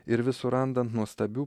ir vis surandant nuostabių